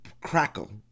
crackle